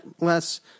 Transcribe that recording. less